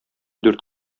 дүрт